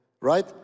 right